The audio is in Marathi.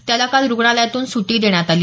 त्याला काल रुग्णालयातून सुटी देण्यात आली